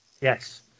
Yes